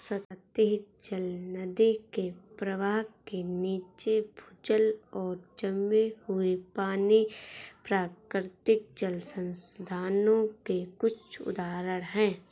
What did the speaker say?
सतही जल, नदी के प्रवाह के नीचे, भूजल और जमे हुए पानी, प्राकृतिक जल संसाधनों के कुछ उदाहरण हैं